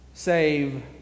Save